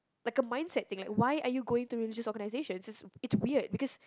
like a mindset thing like why are you going to religious organisations it's it's weird because